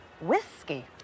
whiskey